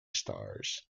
stars